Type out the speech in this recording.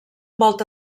volta